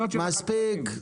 מספיק,